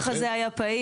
כל השטח הזה היה פעיל,